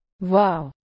Wow